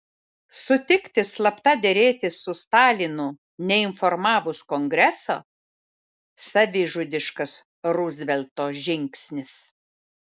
sutikti slapta derėtis su stalinu neinformavus kongreso savižudiškas ruzvelto žingsnis